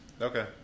Okay